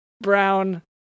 brown